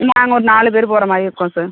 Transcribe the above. நாங்கள் ஒரு நாலு பேர் போகற மாதிரி இருக்கும் சார்